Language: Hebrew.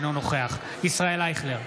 אינו נוכח ישראל אייכלר,